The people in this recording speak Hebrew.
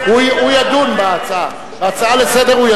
הוא ידון בהצעה, כהצעה לסדר-היום.